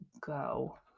go